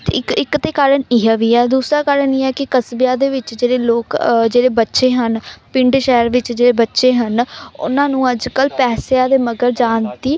ਇੱਕ ਇੱਕ ਤਾਂ ਕਾਰਨ ਇਹ ਵੀ ਹੈ ਦੂਸਰਾ ਕਾਰਨ ਵੀ ਹੈ ਕਿ ਕਸਬਿਆਂ ਦੇ ਵਿੱਚ ਜਿਹੜੇ ਲੋਕ ਜਿਹੜੇ ਬੱਚੇ ਹਨ ਪਿੰਡ ਸ਼ਹਿਰ ਵਿੱਚ ਜਿਹੜੇ ਬੱਚੇ ਹਨ ਉਹਨਾਂ ਨੂੰ ਅੱਜ ਕੱਲ੍ਹ ਪੈਸਿਆਂ ਦੇ ਮਗਰ ਜਾਣ ਦੀ